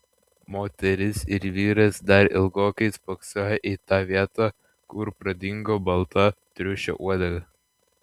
moteris ir vyras dar ilgokai spoksojo į tą vietą kur pradingo balta triušio uodega